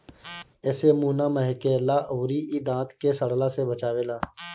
एसे मुंह ना महके ला अउरी इ दांत के सड़ला से बचावेला